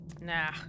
Nah